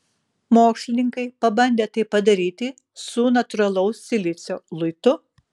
mokslininkai pabandė tai padaryti su natūralaus silicio luitu